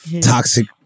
toxic